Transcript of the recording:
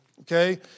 okay